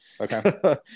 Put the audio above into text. Okay